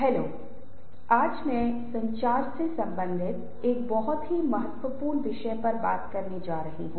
hello आज मैं speaking in groups के बारे में बात करने जा रहा हूँ